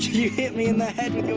you hit me in the head you know